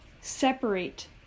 separate